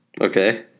Okay